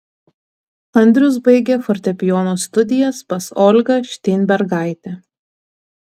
andrius baigė fortepijono studijas pas olgą šteinbergaitę